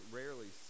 rarely